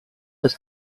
ist